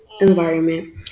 environment